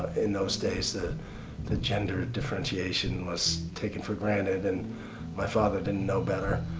in those days the the gender differentiation was taken for granted and my father didn't know better.